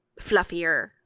fluffier